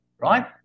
right